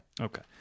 Okay